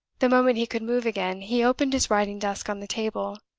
the moment he could move again, he opened his writing-desk on the table.